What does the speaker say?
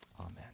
Amen